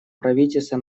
правительства